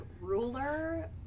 ruler